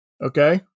Okay